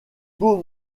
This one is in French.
beau